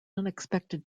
unexpected